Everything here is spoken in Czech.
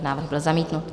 Návrh byl zamítnut.